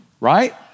right